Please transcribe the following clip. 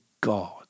God